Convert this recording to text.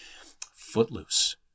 Footloose